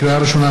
לקריאה ראשונה,